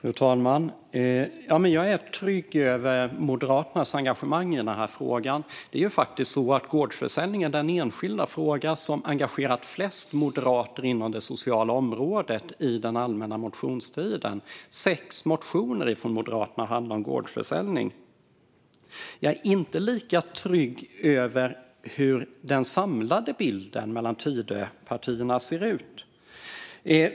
Fru talman! Jag är trygg med Moderaternas engagemang i denna fråga. Gårdsförsäljningen är faktiskt den enskilda fråga inom det sociala området som engagerade flest moderater under allmänna motionstiden. Sex motioner från moderater handlade om gårdsförsäljning. Jag är inte lika trygg med hur den samlade bilden i Tidöpartierna ser ut.